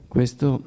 Questo